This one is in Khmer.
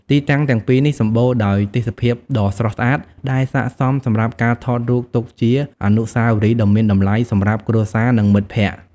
ទីតាំងទាំងពីរនេះសម្បូរដោយទេសភាពដ៏ស្រស់ស្អាតដែលស័ក្តិសមសម្រាប់ការថតរូបទុកជាអនុស្សាវរីយ៍ដ៏មានតម្លៃសម្រាប់គ្រួសារនិងមិត្តភក្តិ។